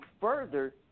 further